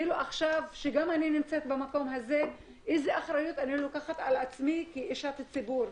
גם כשאני נמצאת במקום הזה איזה אחריות אני לוקחת על עצמי כאשת ציבור?